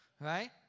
Right